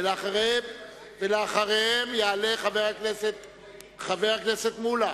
ואחריהן יעלה חבר הכנסת מולה.